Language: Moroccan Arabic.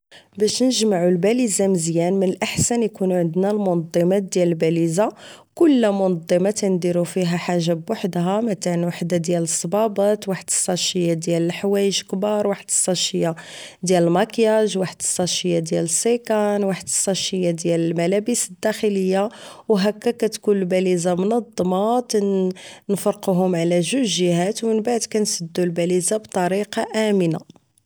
باش نجمعو الباليزة مزيان من الاحسن يكونو عندنا المنضمات ديال الباليزة كل منضمة كنديرو فيها حاجة بحدها وحدة ديال صبابط واحد ساشية ديال الحوايج الكبار واحد الساشية ديال الماكياج واحد ساشية ديال سيكان واحد ساشية ديال الملابس الداخلية و هكا كاتكون الباليزة منضمة و كنفرقوهوم على جوج جيهات و من بعد كنسدو الباليزة بطريقة امنة